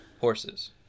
horses